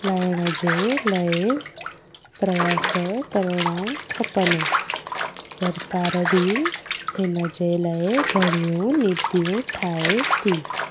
लाहिण जे लाइ प्रयास करणा खपनि सरकार बि हिन जे लाए घणियूं नीतियूं ठाहे थी